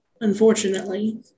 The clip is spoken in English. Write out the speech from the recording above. unfortunately